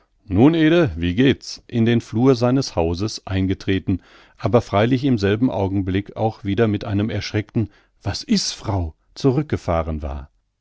nun ede wie geht's in den flur seines hauses eingetreten aber freilich im selben augenblick auch wieder mit einem erschreckten was is frau zurückgefahren war